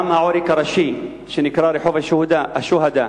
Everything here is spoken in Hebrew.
גם העורק הראשי שנקרא רחוב השוהדא,